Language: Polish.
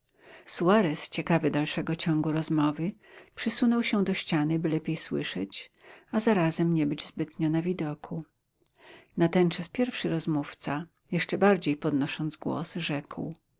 suarez ciekawy dalszego ciągu rozmowy przysunął się do ściany by lepiej słyszeć a zarazem nie być zbytnio na widoku natenczas pierwszy rozmówca jeszcze bardziej podnosząc głos rzekł